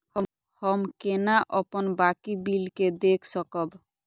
हम केना अपन बाकी बिल के देख सकब?